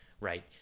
right